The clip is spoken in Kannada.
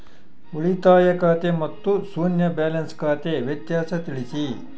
ಉಳಿತಾಯ ಖಾತೆ ಮತ್ತೆ ಶೂನ್ಯ ಬ್ಯಾಲೆನ್ಸ್ ಖಾತೆ ವ್ಯತ್ಯಾಸ ತಿಳಿಸಿ?